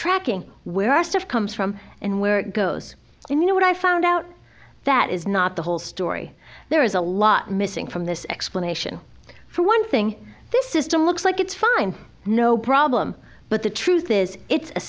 tracking where our stuff comes from and where it goes you know what i found out that is not the whole story there is a lot missing from this explanation for one thing this is done looks like it's fine no problem but the truth is it's a